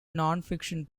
nonfiction